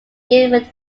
given